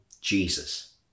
Jesus